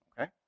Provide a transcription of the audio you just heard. Okay